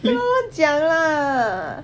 不要乱乱讲啦